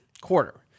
quarter